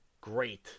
great